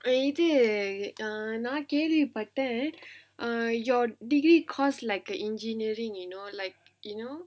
இது ஆங் நான் கேள்விபட்டேன்:idhu aang naan kelvi pattaen uh your degree course like engineering you know like you know